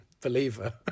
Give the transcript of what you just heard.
believer